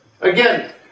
again